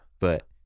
But-